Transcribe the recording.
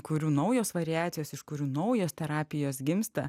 kurių naujos variacijos iš kurių naujos terapijos gimsta